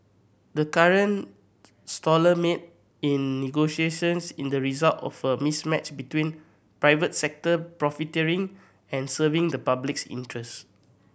the current stall mate in negotiations is the result of a mismatch between private sector profiteering and serving the public's interests